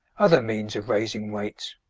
other means of raising weights